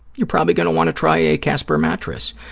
you're probably going to want to try a casper mattress.